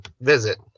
visit